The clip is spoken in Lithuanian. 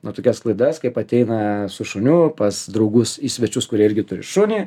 nu tokias klaidas kaip ateina su šuniu pas draugus į svečius kurie irgi turi šunį